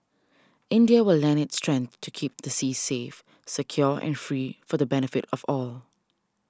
India will lend its strength to keep the seas safe secure and free for the benefit of all